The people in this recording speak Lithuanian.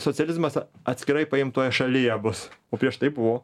socializmas atskirai paimtoje šalyje bus o prieš tai buvo